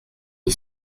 die